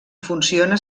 funciona